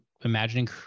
imagining